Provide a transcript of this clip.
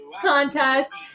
contest